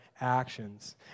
actions